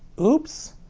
oops?